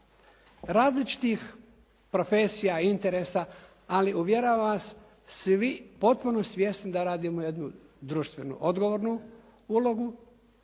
različitih profesija i interesa, ali uvjeravam vas svi potpuno svjesni da radimo jednu društvenu odgovornu ulogu,